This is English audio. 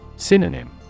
Synonym